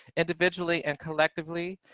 individually and collectively,